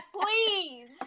Please